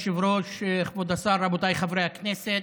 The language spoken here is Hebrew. כבוד היושב-ראש, כבוד השר, חבריי חברי הכנסת,